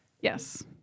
yes